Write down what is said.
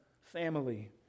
family